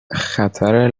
خطر